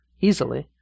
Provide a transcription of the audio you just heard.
Easily